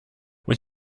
when